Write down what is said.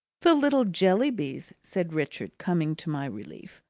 the little jellybys, said richard, coming to my relief,